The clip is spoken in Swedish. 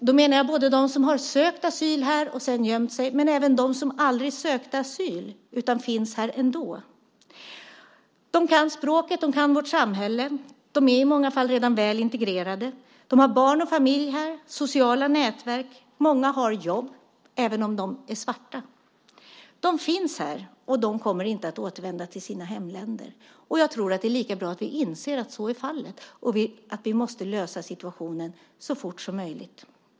Jag menar både de som har sökt asyl och gömt sig här och de som aldrig sökte asyl men finns här ändå. De kan språket och vårt samhälle. De är i många fall redan väl integrerade. De har barn och familj här och sociala nätverk, och många har jobb även om de är svarta. De finns här, och de kommer inte att återvända till sina hemländer. Jag tror att det är lika bra att vi inser att så är fallet och att vi måste lösa situationen så fort som möjligt.